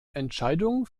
entscheidung